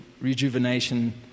rejuvenation